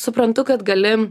suprantu kad gali